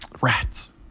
rats